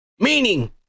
Meaning